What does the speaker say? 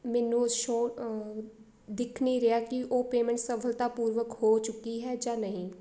ਮੈਨੂੰ ਸ਼ੋ ਦਿਖ ਨਹੀਂ ਰਿਹਾ ਕਿ ਉਹ ਪੇਮੈਂਟ ਸਫਲਤਾ ਪੂਰਵਕ ਹੋ ਚੁੱਕੀ ਹੈ ਜਾਂ ਨਹੀਂ